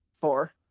Four